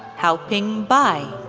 haoping bai,